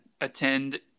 Attend